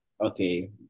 okay